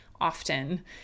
often